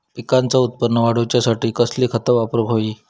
पिकाचा उत्पन वाढवूच्यासाठी कसली खता वापरूक होई?